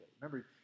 Remember